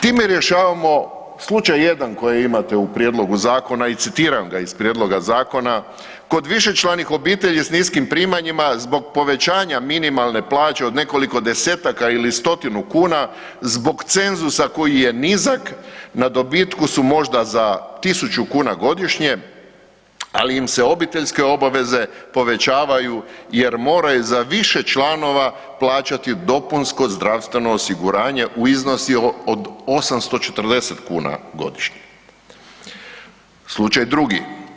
Time rješavamo slučaj jedan koji imate u Prijedlogu zakona i citiram ga iz Prijedloga zakona: „Kod višečlanih obitelji s niskim primanjima zbog povećanja minimalne plaće od nekoliko desetaka ili stotinu kuna zbog cenzusa koji je nizak na dobitku su možda za tisuću kuna godišnje, ali im se obiteljske obaveze povećavaju jer moraju za više članova plaćati dopunsko zdravstveno osiguranje u iznosu od 840 kuna godišnje.“ Slučaj drugi.